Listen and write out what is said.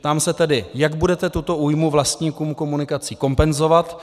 Ptám se tedy, jak budete tuto újmu vlastníkům komunikací kompenzovat.